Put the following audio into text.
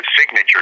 signature